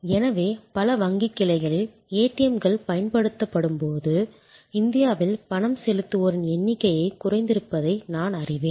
எனவே பல வங்கிக் கிளைகளில் ஏடிஎம்கள் பயன்படுத்தப்படும்போது இந்தியாவில் பணம் செலுத்துவோரின் எண்ணிக்கையைக் குறைத்திருப்பதை நான் அறிவேன்